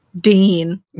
Dean